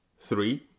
three